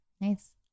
Nice